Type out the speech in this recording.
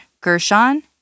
Gershon